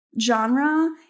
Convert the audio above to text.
Genre